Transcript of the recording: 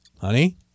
honey